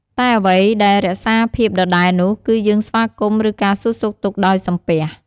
តែអ្វីដែលរក្សាភាពដដែលនោះ គឺយើងស្វាគមន៍ ឬការសួរសុខទុក្ខដោយ "សំពះ"។